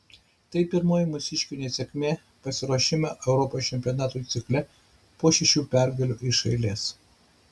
tai pirma mūsiškių nesėkmė pasiruošimo europos čempionatui cikle po šešių pergalių iš eilės